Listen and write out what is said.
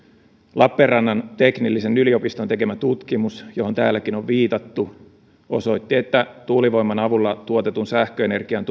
lappeenrannan teknillisen yliopiston tekemä tutkimus johon täälläkin on viitattu osoitti että tuulivoiman avulla tuotetun sähköenergian